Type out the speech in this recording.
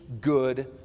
good